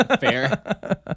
Fair